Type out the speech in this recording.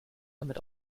damit